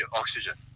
oxygen 。